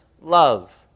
love